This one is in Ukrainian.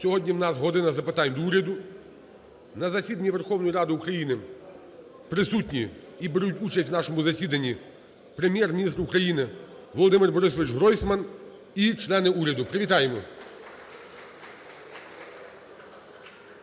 сьогодні в нас "година запитань до Уряду". На засіданні Верховної Ради України присутні і беруть участь в нашому засіданні Прем'єр-міністр України Володимир БорисовичГройсман і члени уряду. Привітаємо.